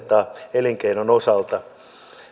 elinkeinon osalta